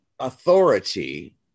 authority